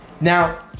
Now